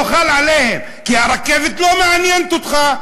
לא חל עליהם, כי הרכבת לא מעניינת אותך.